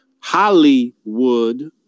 Hollywood